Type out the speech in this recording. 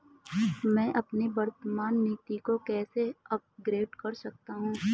मैं अपनी वर्तमान नीति को कैसे अपग्रेड कर सकता हूँ?